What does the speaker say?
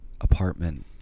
apartment